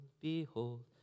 behold